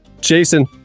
Jason